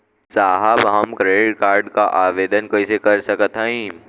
साहब हम credit card क आवेदन कइसे कर सकत हई?